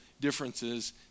differences